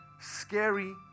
scary